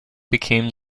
became